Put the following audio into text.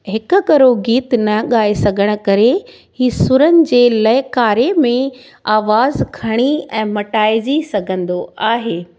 हिकु करो गीत न गाई सघण करे ई सुरनि जे लाइ कारे में आवाज़ु खणी ऐं मटाइजी सघंदो आहे